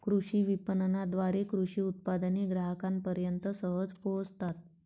कृषी विपणनाद्वारे कृषी उत्पादने ग्राहकांपर्यंत सहज पोहोचतात